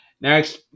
next